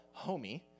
homie